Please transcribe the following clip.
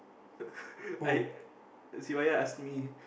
I Sivaya ask me